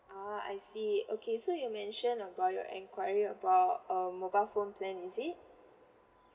ah I see okay so you mention about your enquiry about um mobile phone plan is it